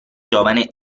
giovane